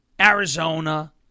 Arizona